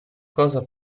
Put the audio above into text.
cosa